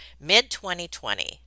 mid-2020